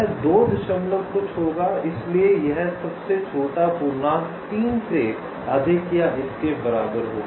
यह 2 दशमलव कुछ होगा इसलिए यह सबसे छोटा पूर्णांक 3 से अधिक या इसके बराबर होगा